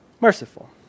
Merciful